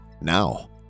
now